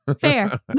fair